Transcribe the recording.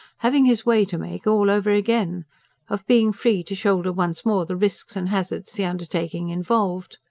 having his way to make all over again of being free to shoulder once more the risks and hazards the undertaking involved.